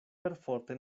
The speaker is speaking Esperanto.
perforte